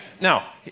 Now